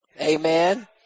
Amen